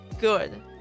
good